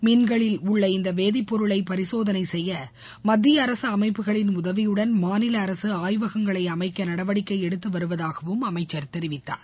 மீன்களில் உள்ள இந்த வேதிப்பொருளை பரிசோதளை செய்ய மத்திய அரசு அமைப்புகளின் உதவியுடன் மாநில அரசு ஆய்வகங்களை அமைக்க நடவடிக்கை எடுத்து வருவதாகவும் அமைச்ச் தெரிவித்தார்